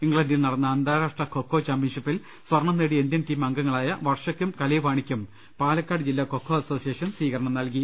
ഇംഗ്ലണ്ടിൽ നടന്ന അന്താരാഷ്ട് ഖോഖോ ചാമ്പ്യൻഷിപ്പിൽ സ്വർണ്ണം നേടിയു ഇന്ത്യൻ ടീം അംഗങ്ങളായ വർഷക്കും കലൈവാണിക്കും പാലക്കാട് ജില്ലാ ഖോഖോ അസോസിയേഷൻ സ്വീകരണം നൽകി